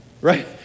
right